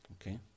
Okay